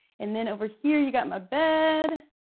and then over here you've got my bed,